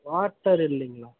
water இல்லைங்களா